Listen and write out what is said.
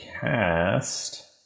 cast